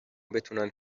بتونن